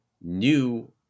new